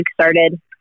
started